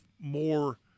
more